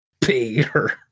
Peter